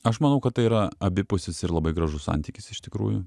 aš manau kad tai yra abipusis ir labai gražus santykis iš tikrųjų